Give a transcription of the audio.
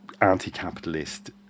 anti-capitalist